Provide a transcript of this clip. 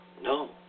No